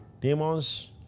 Demons